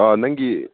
ꯑꯥ ꯅꯪꯒꯤ